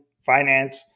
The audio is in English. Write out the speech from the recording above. finance